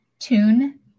tune